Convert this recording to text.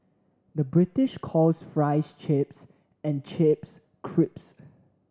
the British calls fries chips and chips crisps